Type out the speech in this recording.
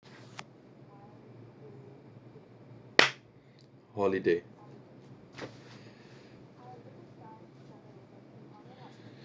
holiday